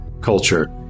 culture